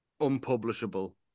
unpublishable